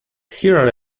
here